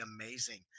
amazing